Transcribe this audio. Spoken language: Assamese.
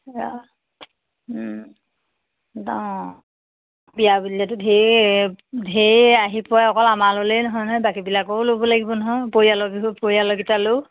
অ বিয়া বুলিলে ঢেৰ ঢেৰ আহি পোৱা অকল আমাৰ ললেই নহয় নহয় বাকীবিলাকেও ল'ব লাগিব নহয় পৰিয়ালৰ পৰিয়ালকিটালৈও